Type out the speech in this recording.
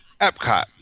Epcot